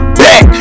back